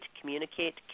communicate